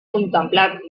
contemplar